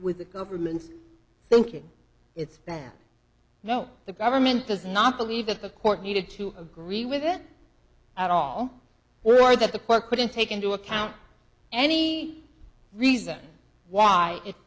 with the government's thinking it's that now the government does not believe that the court needed to agree with it at all or are that the court couldn't take into account any reason why it